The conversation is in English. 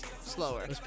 slower